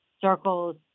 circles